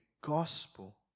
gospel